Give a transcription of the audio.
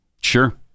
Sure